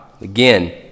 Again